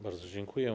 Bardzo dziękuję.